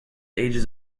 ages